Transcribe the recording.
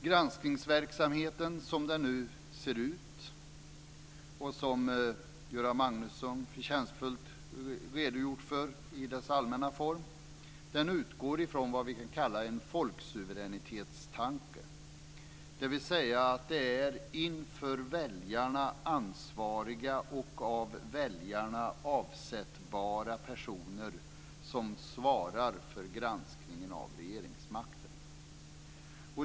Granskningsverksamheten, som den nu ser ut och som Göran Magnusson förtjänstfullt redogjort för i dess allmänna form, utgår från vad som kan kallas för en folksuveränitetstanke, dvs. att det är inför väljarna ansvariga och av väljarna avsättbara personer som svarar för granskningen av regeringsmakten.